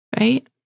right